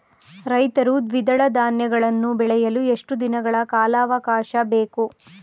ರೈತರು ದ್ವಿದಳ ಧಾನ್ಯಗಳನ್ನು ಬೆಳೆಯಲು ಎಷ್ಟು ದಿನಗಳ ಕಾಲಾವಾಕಾಶ ಬೇಕು?